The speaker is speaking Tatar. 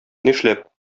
нишләп